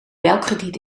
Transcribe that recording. belkrediet